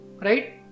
Right